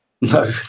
No